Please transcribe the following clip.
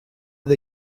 did